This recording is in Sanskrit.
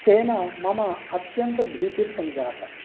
तेन मम अत्यन्तभीतिर्सञ्जाता